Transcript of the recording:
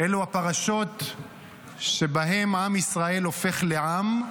אלו הפרשות שבהן עם ישראל הופך לעם,